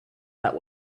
that